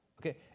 Okay